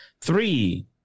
Three